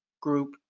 group